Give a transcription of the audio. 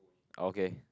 okay